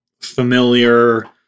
familiar